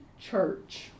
church